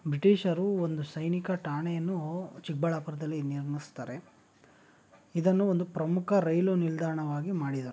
ಬ್ರಿಟಿಷರು ಒಂದು ಸೈನಿಕ ಠಾಣೆಯನ್ನು ಚಿಕ್ಕಬಳ್ಳಾಪುರದಲ್ಲಿ ನಿರ್ಮಿಸ್ತಾರೆ ಇದನ್ನು ಒಂದು ಪ್ರಮುಖ ರೈಲು ನಿಲ್ದಾಣವಾಗಿ ಮಾಡಿದ್ದಾರೆ